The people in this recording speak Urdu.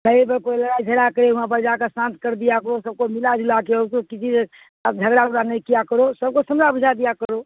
نہیں ب کوئی لڑائی جھڑا کر وہاں پر جا کر شانت کر دیا کرو سب کو ملا جلا کے اس کو کسی آب جھگڑا وگڑا نہیں کیا کرو سب کو سمجا بجھا دیا کرو